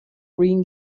green